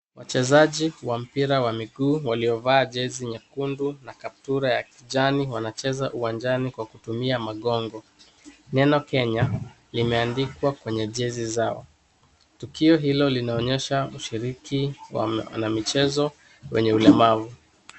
Wachezaji wa mpira wa miguu waliovaa jezi nyekundu na kaptura ya kijani wanacheza uwanjani kwa kutumia magongo. Neno Kenya limeandikwa kwenye jezi zao. Tukio hilo linaonyesha ushiriki wa wanamichezo wenye ulemavu.